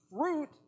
fruit